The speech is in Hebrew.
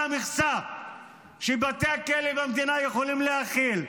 המכסה שבתי הכלא במדינה יכולים להכיל.